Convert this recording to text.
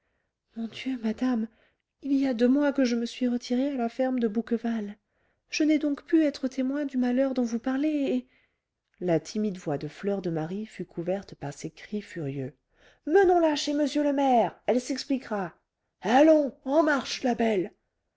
mon dieu madame il y a deux mois que je suis retirée à la ferme de bouqueval je n'ai donc pu être témoin du malheur dont vous parlez et la timide voix de fleur de marie fut couverte par ces cris furieux menons la chez m le maire elle s'expliquera allons en marche la belle